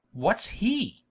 what's hee?